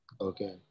Okay